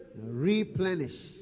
Replenish